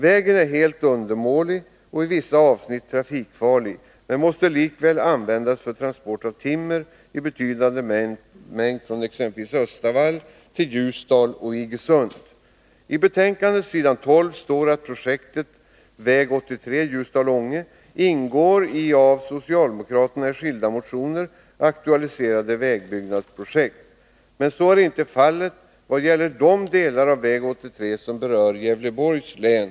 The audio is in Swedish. Vägen är helt undermålig och på vissa avsnitt trafikfarlig, men den måste likväl användas för transport av timmer i betydande mängd från exempelvis Östavall till Ljusdal och Iggesund. I betänkandet står på s. 12 att projektet avseende väg 83 Ljusdal-Ånge ingår i av socialdemokraterna i skilda motioner aktualiserade vägbyggnadsprojekt, men så är inte fallet vad gäller de delar av väg 83 som berör Gävleborgs län.